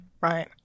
Right